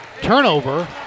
Turnover